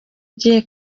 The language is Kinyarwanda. ugiye